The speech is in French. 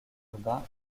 urbain